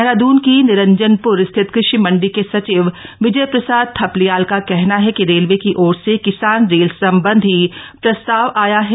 देहरादून की निरंजनप्र स्थित कृषि मंडी के सचिव विजय प्रसाद थपलियाल का कहना है कि रेलवे की ओर से किसान रेल संबंधी प्रस्ताव आया है